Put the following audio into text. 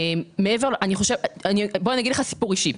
אספר סיפור אישי.